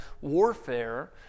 warfare